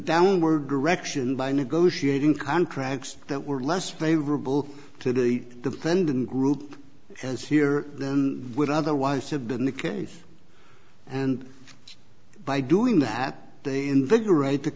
downward direction by negotiating contracts that were less favorable to the defendant group as here than would otherwise have been the case and by doing that they invigorate